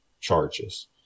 charges